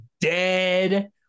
dead